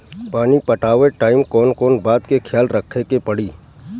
पानी पटावे टाइम कौन कौन बात के ख्याल रखे के पड़ी?